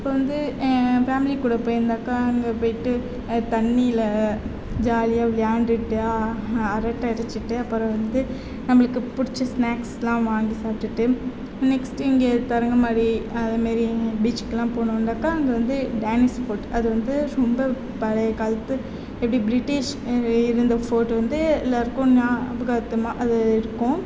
இப்போ வந்து என் ஃபேமிலி கூட போயிருந்தாக்கால் அங்கே போய்விட்டு தண்ணியில் ஜாலியாக விளையாண்டுகிட்டு அரட்டை அடிச்சிகிட்டு அப்புறம் வந்து நம்மளுக்கு பிடிச்ச ஸ்நேக்ஸ்யெலாம் வாங்கி சாப்பிட்டுட்டு நெக்ஸ்ட்டு இங்கே தரங்கம்பாடி அது மாரி பீச்சிக்கெலாம் போனோனாக்கால் அங்கே வந்து டேனிஸ் ஃபோர்ட் அது வந்து ரொம்ப பழைய காலத்து எப்படி பிரிட்டிஷ் இந்த ஃபோட்டோ வந்து எல்லாேருக்கும் ஞாபகார்த்தமாக அது இருக்கும்